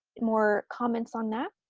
more comments on that?